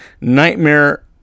Nightmare